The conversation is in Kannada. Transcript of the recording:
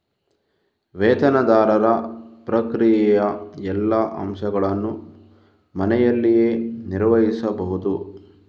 ವೇತನದಾರರ ಪ್ರಕ್ರಿಯೆಯ ಎಲ್ಲಾ ಅಂಶಗಳನ್ನು ಮನೆಯಲ್ಲಿಯೇ ನಿರ್ವಹಿಸಬಹುದು